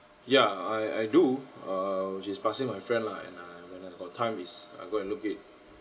yeah I I do err which is passing my friend lah and I when I got time is I go and look it